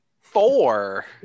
Four